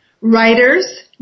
Writers